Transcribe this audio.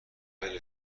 های